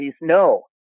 No